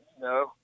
no